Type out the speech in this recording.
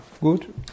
good